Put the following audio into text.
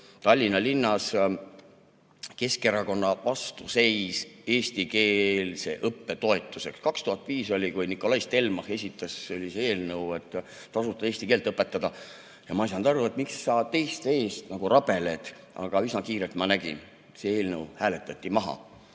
Tallinna linnas Keskerakonna vastuseis eestikeelse õppe toetusele. 2005 oli, kui Nikolai Stelmach esitas sellise eelnõu, et tasuta eesti keelt õpetada. Ma ei saanud aru, et miks sa teiste eest nagu rabeled, aga üsna kiirelt ma nägin: see eelnõu hääletati maha.